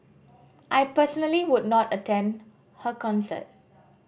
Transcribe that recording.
I personally would not attend her concert